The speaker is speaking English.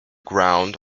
ground